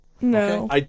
No